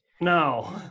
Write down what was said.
No